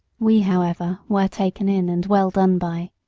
we, however, were taken in and well done by.